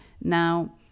Now